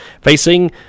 Facing